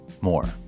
More